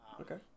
Okay